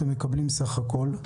כמה אתם מקבלים בסך הכול,